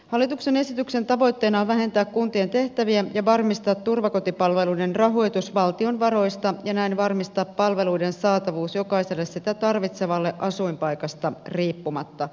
hallituksen esityksen tavoitteena on vähentää kuntien tehtäviä ja varmistaa turvakotipalveluiden rahoitus valtion varoista ja näin varmistaa palveluiden saatavuus jokaiselle sitä tarvitsevalle asuinpaikasta riippumatta